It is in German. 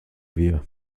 wir